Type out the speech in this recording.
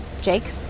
Jake